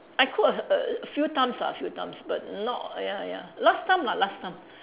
I cook a a few times lah a few times but not ya ya last time lah last time